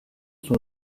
sont